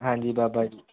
ਹਾਂਜੀ ਬਾਬਾ ਜੀ